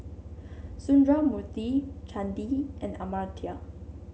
Sundramoorthy Chandi and Amartya